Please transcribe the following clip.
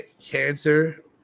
cancer